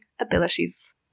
abilities